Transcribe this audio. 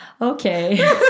Okay